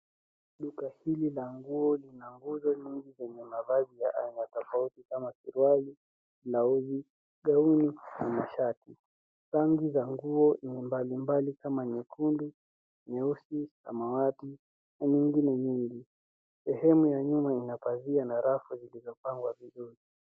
Duka hili la nguo lina nguzo nyingi zenye mavazi ya aina tofauti kama suruali gauni na mashati rangi za nguo ni mbali mbali kama nyekundu nyeusi samawati na nyingi nyungu ni sehemu ya nyuma ina pazia na rafu zilizopangwa vizuri.